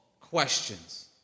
questions